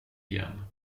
igen